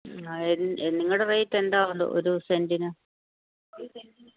നിങ്ങളുടെ റേറ്റെന്താ ഒരു ഒരു സെൻൻറ്റിന്